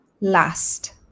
last